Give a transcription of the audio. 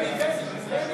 (קוראת בשם חבר הכנסת)